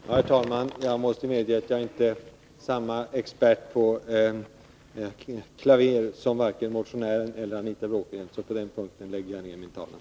Herr talman! Jag måste medge att jag inte är samma expert på klaver som vare sig motionären eller Anita Bråkenhielm, så på den punkten lägger jag ned min talan.